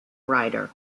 writer